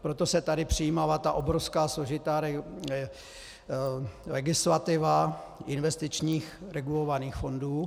Proto se tady přijímala ta obrovská složitá legislativa investičních regulovaných fondů.